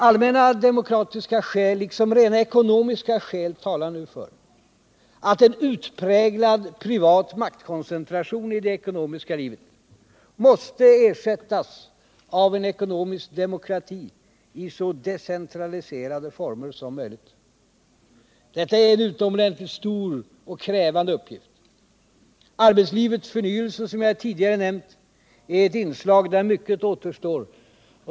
Allmänna demokratiska skäl liksom rena ekonomiska skäl talar nu för att en utpräglad privat maktkoncentration i det ekonomiska livet måste ersättas av ekonomisk demokrati i så decentraliserade former som möjligt. Detta är en utomordentligt stor och krävande uppgift. Arbetslivets förnyelse, som jag tidigare nämnt, är ett inslag där mycket återstår.